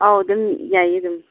ꯑꯥꯎ ꯑꯗꯨꯝ ꯌꯥꯏꯌꯦ ꯑꯗꯨꯝ